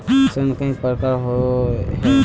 ऋण कई प्रकार होए है?